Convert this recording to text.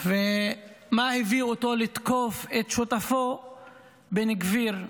ומה הביא אותו לתקוף את שותפו בן גביר?